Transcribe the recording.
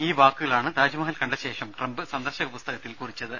ഈ വാക്കുകളാണ് താജ്മഹൽ കണ്ടശേഷം ട്രംപ് സന്ദർശക പുസ്തകത്തിൽ കുറിച്ചത്